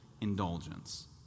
indulgence